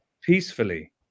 peacefully